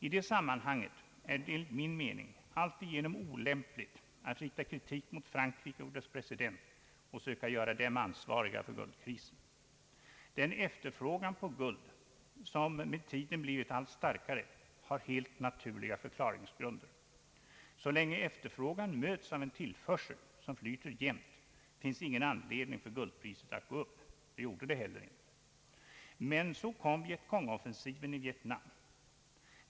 I detta sammanhang är det enligt min mening alltigenom olämpligt att rikta kritik mot Frankrike och dess president och söka göra dem ansvariga för guldkrisen, Den efterfrågan på guld som med tiden blivit allt starkare har helt naturliga förklaringsgrunder. Så länge efterfrågan möts av en tillförsel som flyter jämnt, finns ingen anledning för guldpriset att gå upp. Det gjorde det inte heller. Men så kom vietcongoffensiven i Vietnam.